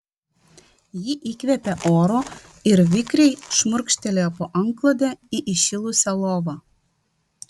ji įkvėpė oro ir vikriai šmurkštelėjo po antklode į įšilusią lovą